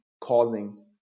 causing